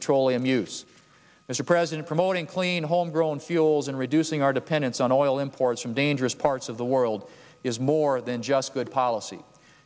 petroleum use mr president promoting clean homegrown fuels and reducing our dependence on oil imports from dangerous parts of the world is more than just good policy